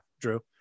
Drew